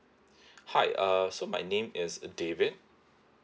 hi err so my name is david